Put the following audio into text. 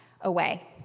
away